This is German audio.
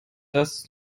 das